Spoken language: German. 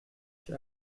die